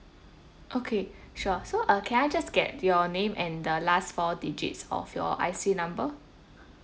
okay sure so uh can I just get your name and the last four digits of your I_C number